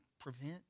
prevent